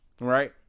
right